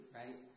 right